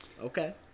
okay